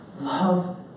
love